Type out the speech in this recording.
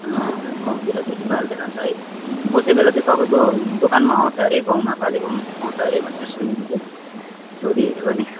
अँ गाउँतिर त्यति पाल्दैन नि त है कोही बेला चाहिँ तपाईँको दोकानमा आउँछ हरे गाउँमा पालेको पनि आउँछ हरे भनेर सुनिँदैथ्यो सोधिहेरेको नि